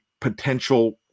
potential